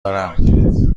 دارم